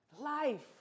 life